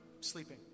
sleeping